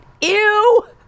Ew